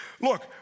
Look